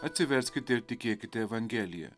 atsiveskite ir tikėkite evangelija